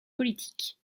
politique